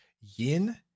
yin